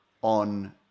On